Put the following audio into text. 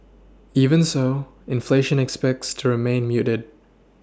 even so inflation expects turn main muted